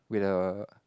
with a